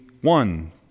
one